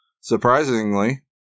Surprisingly